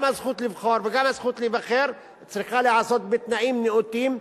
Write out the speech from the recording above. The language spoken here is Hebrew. גם הזכות לבחור וגם הזכות להיבחר צריכות להיעשות בתנאים נאותים,